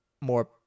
more